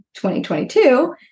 2022